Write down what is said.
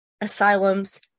asylums